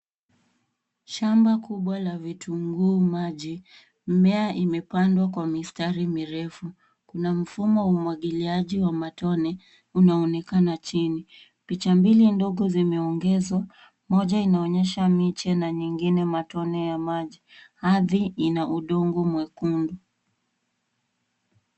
Shamba kubwa la vitunguu maji. Mimea imepandwa kwa mistari mirefu. Kuna mfumo wa umwagiliaji wa matone unaoonekana chini. Picha mbili ndogo zimeongezwa, moja inaonyesha miche na nyingine matone ya maji. Ardhi ina udongo mwekundu.